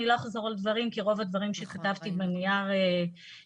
אני לא אחזור על דברים כי רוב הדברים שכתבתי בנייר נאמרו.